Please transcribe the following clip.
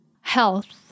health